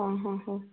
ହଁ ହଁ ହଉ